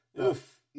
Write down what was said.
Oof